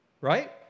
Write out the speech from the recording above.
Right